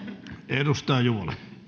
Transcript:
arvoisa herra puhemies